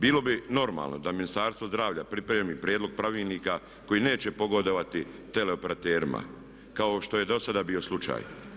Bilo bi normalno da Ministarstvo zdravlja pripremi prijedlog pravilnika koji neće pogodovati teleoperaterima kao što je dosada bio slučaj.